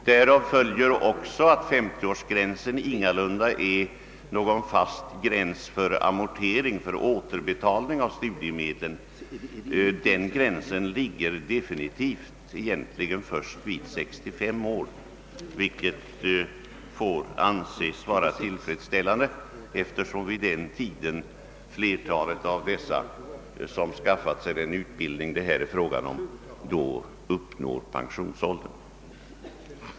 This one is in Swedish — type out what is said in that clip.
Därav följer att 50-årsgränsen inte heller är en fast gräns för återbetalning av studiemedel — den ligger egentligen definitivt först vid 65 år, vilket får anses vara till fyllest eftersom vid den åldern flertalet av dem som skaffat sig den utbildning det här är fråga om då uppnår pensionsåldern.